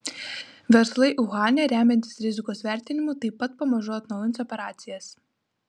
verslai uhane remiantis rizikos vertinimu taip pat pamažu atnaujins operacijas